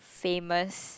famous